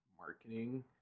marketing